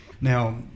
Now